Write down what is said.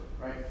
right